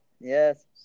Yes